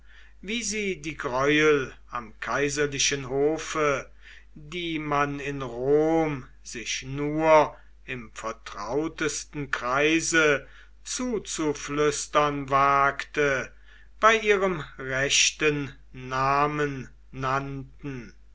wie sie die greuel am kaiserlichen hofe die man in rom sich nur im vertrautesten kreise zuzuflüstern wagte bei ihrem rechten namen nannten